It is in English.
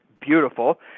beautiful